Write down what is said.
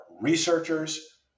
researchers